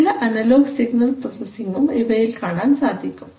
ചില analogue signal പ്രോസസ്സിംഗും ഇവയിൽ കാണാൻ സാധിക്കും